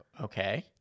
Okay